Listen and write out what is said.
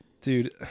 Dude